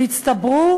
שהצטברו,